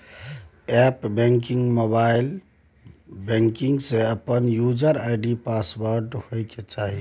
app banking, mobile banking के अपन user ID password होय चाहिए